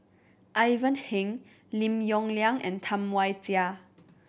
Ivan Heng Lim Yong Liang and Tam Wai Jia